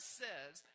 says